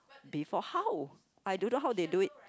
before how I don't know how they do it